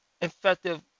effective